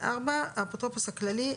(4) האפוטרופוס הכללי,